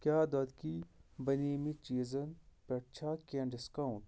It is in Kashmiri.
کیٛاہ دۄدٕکی بَنے مٕتۍ چیٖزن پٮ۪ٹھ چھا کینٛہہ ڈسکاونٹ